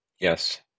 Yes